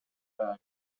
bag